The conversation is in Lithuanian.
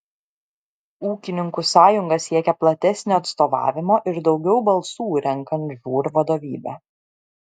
ūkininkų sąjunga siekia platesnio atstovavimo ir daugiau balsų renkant žūr vadovybę